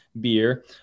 beer